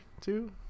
two